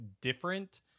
different